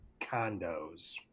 condos